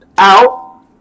out